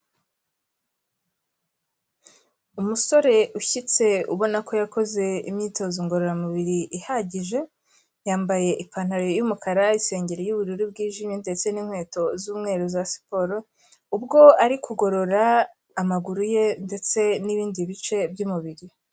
Umusore ushyitse ubona ko yakoze imyitozo ngororamubiri ihagije, yambaye ipantaro y'umukara isengeri y'ubururu bwijimye ndetse n'inkweto z'umweru za siporo, ubwo ari kugorora amaguru ye ndetse n'ibindi bice by'umubiri.